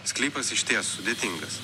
sklypas išties sudėtingas